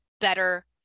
better